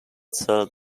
cell